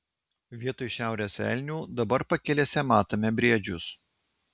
vietoj šiaurės elnių dabar pakelėse matome briedžius